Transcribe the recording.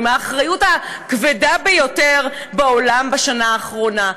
עם האחריות הכבדה ביותר בעולם בשנה האחרונה?